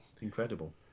Incredible